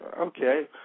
Okay